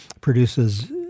produces